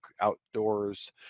outdoors